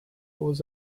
was